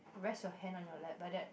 rest your hand on your lap like that